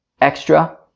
extra